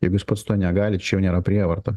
jeigu jis pats to negali čia jau nėra prievarta